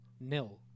nil